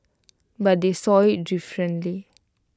but they saw IT differently